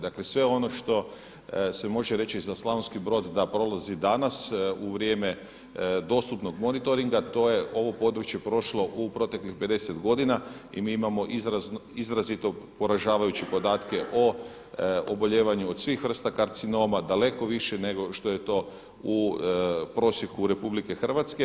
Dakle sve ono što se može reći za Slavonski Brod da prolazi danas u vrijeme dostupnog monitoringa, to je, ovo područje prošlo u proteklih 50 godina i mi imamo izrazito poražavajuće podatke o obolijevanju od svih vrsta karcinoma, daleko više nego što je to u prosjeku RH.